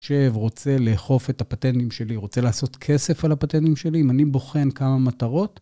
שב, רוצה לאכוף את הפטנטים שלי, רוצה לעשות כסף על הפטנטים שלי, אם אני בוחן כמה מטרות.